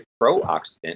pro-oxidant